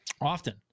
often